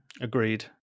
Agreed